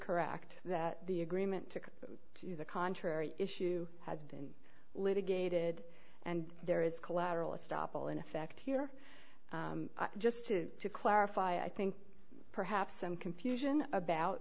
correct that the agreement to the contrary issue has been litigated and there is collateral estoppel in effect here just to clarify i think perhaps some confusion about